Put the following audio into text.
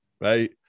right